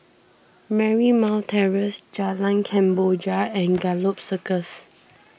Marymount Terrace Jalan Kemboja and Gallop Circus